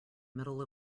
middle